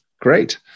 Great